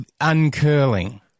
uncurling